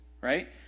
Right